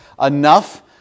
enough